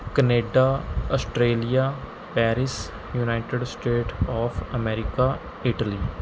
Canada Australia Paris united state of America Italy